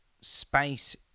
space